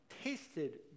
tasted